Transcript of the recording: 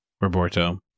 Roberto